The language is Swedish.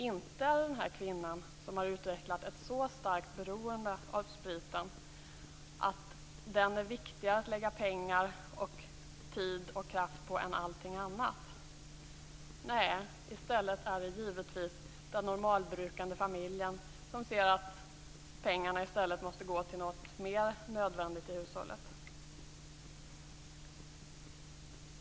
Inte är det kvinnan som har utvecklat ett så starkt beroende att spriten är viktigare att lägga tid, pengar och kraft på än allt annat. Nej, i stället är det givetvis den normalbrukande familjen som ser att pengarna i stället måste gå till något nödvändigt i hushållet.